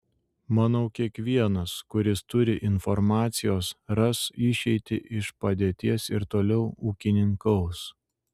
manau kiekvienas kuris turi informacijos ras išeitį iš padėties ir toliau ūkininkaus